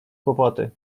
kłopoty